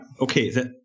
Okay